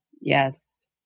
yes